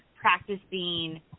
practicing